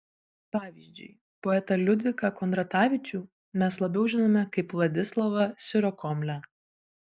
pavyzdžiui poetą liudviką kondratavičių mes labiau žinome kaip vladislavą sirokomlę